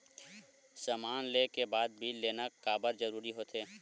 समान ले के बाद बिल लेना काबर जरूरी होथे?